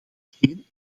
geen